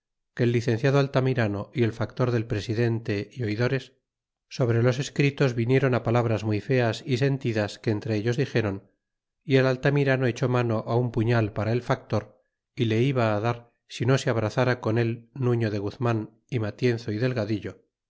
que el licenciado altamirano y el factor del presidente é oidores sobre los escritos viniéron palabras muy feas é sentidas que entre ellos dixéron y el altamirano echó mano un puñal para el factor y le iba dar si no se abrazara con él nurio de guzman y matienzo y delgadillo